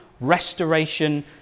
restoration